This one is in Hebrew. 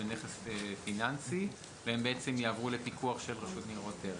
בנכס פיננסי והם בעצם יעברו לפיקוח של רשות ניירות ערך.